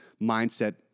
mindset